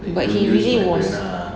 but he really was